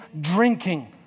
drinking